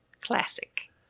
Classic